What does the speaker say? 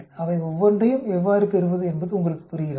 அவை ஒவ்வொன்றையும் எவ்வாறு பெறுவது என்பது உங்களுக்கு புரிகிறதா